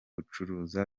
ucuruza